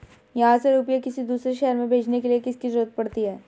यहाँ से रुपये किसी दूसरे शहर में भेजने के लिए किसकी जरूरत पड़ती है?